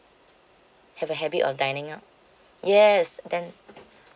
have a habit of dining out yes then